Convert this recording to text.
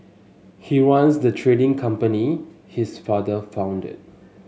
he runs the trading company his father founded